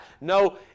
No